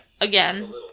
Again